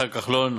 לשר כחלון.